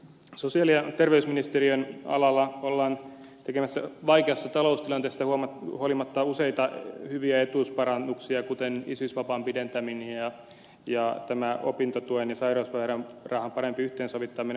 sosiaali ja terveysministeriön alalla ollaan tekemässä vaikeasta taloustilanteesta huolimatta useita hyviä etuusparannuksia kuten isyysvapaan pidentäminen ja opintotuen ja sairauspäivärahan parempi yhteensovittaminen